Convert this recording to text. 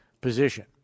position